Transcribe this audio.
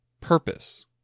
Purpose